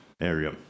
area